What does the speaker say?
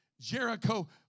Jericho